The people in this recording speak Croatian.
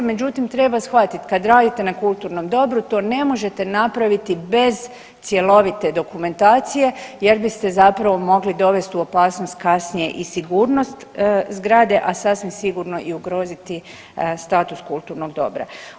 Međutim, treba shvatit kad radite na kulturnom dobru to ne možete napraviti bez cjelovite dokumentacije jer biste zapravo mogli dovest u opasnost kasnije i sigurnost zgrade, a sasvim sigurno i ugroziti status kulturnog dobra.